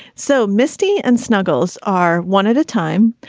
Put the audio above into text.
so misty and snuggles are one at a time.